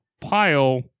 pile